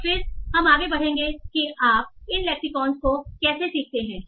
और फिर हम आगे बढ़ेंगे कि आप इन लेक्सिकनस को कैसे सीखते हैं